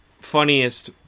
funniest